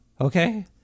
okay